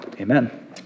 amen